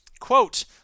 Quote